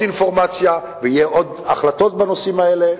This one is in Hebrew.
אינפורמציה ויהיו עוד החלטות בנושאים האלה.